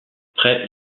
près